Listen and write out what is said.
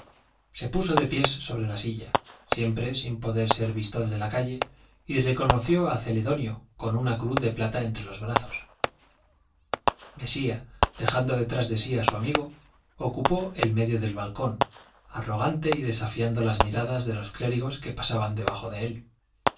se puso de pies sobre la silla siempre sin poder ser visto desde la calle y reconoció a celedonio con una cruz de plata entre los brazos mesía dejando detrás de sí a su amigo ocupó el medio del balcón arrogante y desafiando las miradas de los clérigos que pasaban debajo de él